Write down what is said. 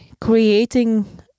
creating